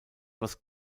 was